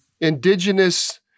indigenous